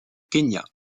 kenya